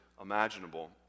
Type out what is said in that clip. imaginable